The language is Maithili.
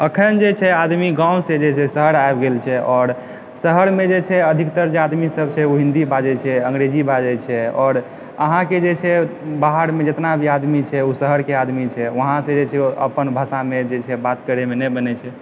अखन जे छै आदमी गाँवसँ जे छै शहर आबि गेल छै आओर शहरमे जे छै अधिकतर आदमीसभ जे छै ओ हिंदी बाजैत छै अंगरेजी बाजैत छै आओर अहाँके जे छै बाहरमे जेतना भी आदमी छै ओ शहरके आदमी छै वहाँके जे छै अपन भाषामे जे छै बात करयमे नहि बनैत छै